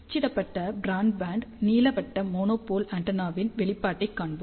அச்சிடப்பட்ட பிராட்பேண்ட் நீள்வட்ட மோனோபோல் ஆண்டெனாவின் வெளிப்பாட்டைக் காண்போம்